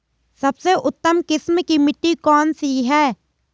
सबसे उत्तम किस्म की मिट्टी कौन सी है?